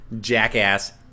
jackass